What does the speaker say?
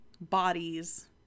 bodies